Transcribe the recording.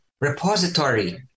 repository